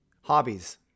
Hobbies